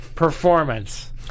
Performance